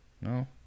No